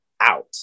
out